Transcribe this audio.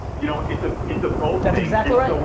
you know, it's ah it's a both. that's exactly right.